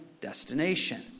destination